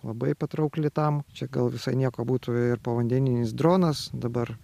labai patraukli tam čia gal visai nieko būtų ir povandeninis dronas dabar